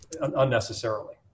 unnecessarily